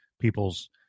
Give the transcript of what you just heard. people's